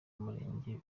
murenge